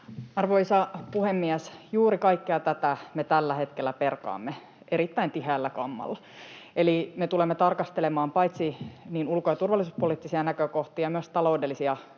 Arvoisa puhemies! Juuri kaikkea tätä me tällä hetkellä perkaamme erittäin tiheällä kammalla. Eli me tulemme tarkastelemaan paitsi ulko- ja turvallisuuspoliittisia näkökohtia niin myös taloudellisia